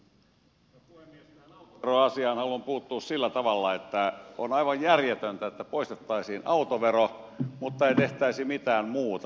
tähän autoveroasiaan haluan puuttua sillä tavalla että on aivan järjetöntä että poistettaisiin autovero mutta ei tehtäisi mitään muuta